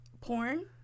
porn